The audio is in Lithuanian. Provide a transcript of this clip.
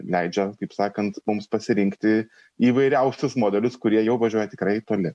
leidžiant kaip sakant mums pasirinkti įvairiausius modelius kurie jau važiuoja tikrai toli